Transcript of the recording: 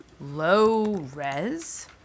low-res